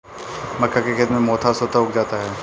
मक्का के खेत में मोथा स्वतः उग जाता है